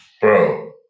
Bro